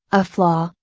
a flaw,